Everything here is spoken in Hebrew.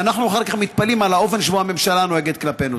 ואנחנו אחר כך מתפלאים על האופן שבו הממשלה נוהגת כלפינו.